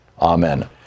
Amen